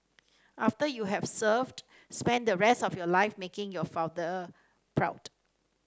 after you have served spend the rest of your life making your father proud